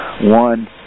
one